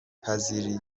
پذیری